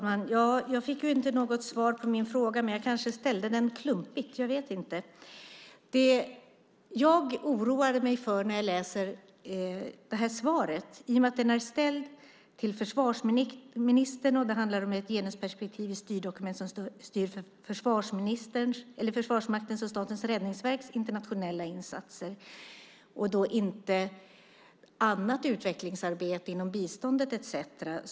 Fru talman! Jag fick inte något svar på min fråga, men jag kanske ställde den klumpigt. Jag vet inte. Jag oroar mig när jag läser det här svaret. Interpellationen är ställd till försvarsministern, och det handlar om ett genusperspektiv i styrdokument som styr Försvarsmaktens och Statens räddningsverks internationella insatser och inte annat utvecklingsarbete inom biståndet etcetera.